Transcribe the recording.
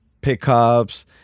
pickups